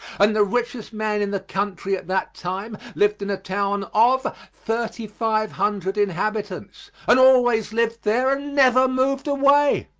and the richest man in the country at that time lived in a town of thirty-five hundred inhabitants, and always lived there and never moved away.